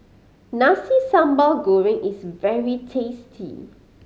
Nasi Sambal Goreng is very tasty